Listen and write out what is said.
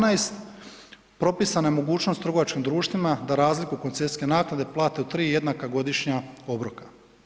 12, propisana je mogućnost trgovačkim društvima da razliku koncesijske naknade plate u 3 jednaka godišnja obroka.